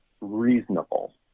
reasonable